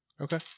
Okay